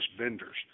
vendors